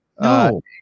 No